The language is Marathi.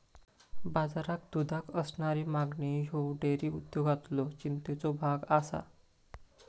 बाजारात दुधाक असणारी मागणी ह्यो डेअरी उद्योगातलो चिंतेचो भाग आसा